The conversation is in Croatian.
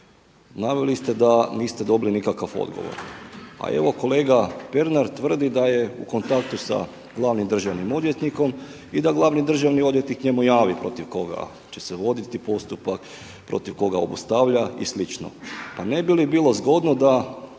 Naveli ste da niste dobili nikakav odgovor. Pa evo kolega Pernar tvrdi da je u kontaktu sa glavnim državnim odvjetnikom i da glavni državni odvjetnik njemu javi protiv koga će se voditi postupak, protiv koga obustavlja i slično. Pa ne bi li bilo zgodno da